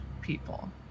people